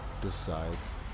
decides